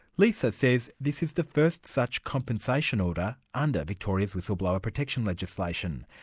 lisa says this is the first such compensation order under victoria's whistleblower protection legislation,